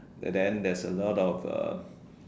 then there is a lot of uh